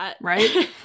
Right